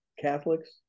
Catholics